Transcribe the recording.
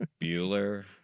Bueller